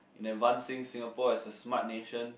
in advancing Singapore as a smart nation